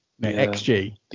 XG